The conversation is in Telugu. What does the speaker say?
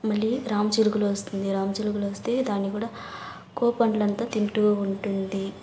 మళ్ళీ రామచిలుకలు వస్తుంది రామచిలుకలు వస్తే దాన్ని కూడా కో పండ్లు అంతా తింటు ఉంటుంది